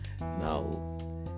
Now